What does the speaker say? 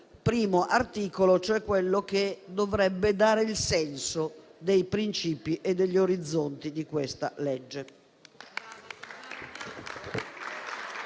primo articolo, cioè su quello che dovrebbe dare il senso dei principi e degli orizzonti di questa legge.